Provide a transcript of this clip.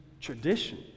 tradition